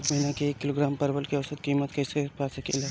एक महिना के एक किलोग्राम परवल के औसत किमत कइसे पा सकिला?